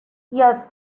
yes